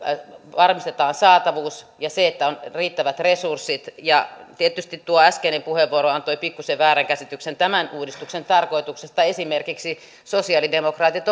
varmistetaan saatavuus ja se että on riittävät resurssit tietysti tuo äskeinen puheenvuoro antoi pikkuisen väärän käsityksen tämän uudistuksen tarkoituksesta esimerkiksi sosialidemokraatit